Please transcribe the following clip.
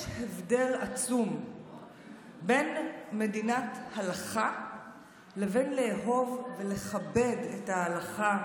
יש הבדל עצום בין מדינת הלכה לבין לאהוב ולכבד את ההלכה,